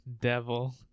Devil